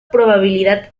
probabilidad